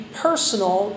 personal